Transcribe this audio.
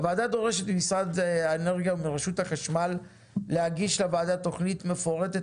הוועדה דורשת ממשרד האנרגיה ומרשות החשמל להגיש לוועדה תוכנית מפורטת